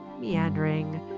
meandering